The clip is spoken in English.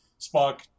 Spock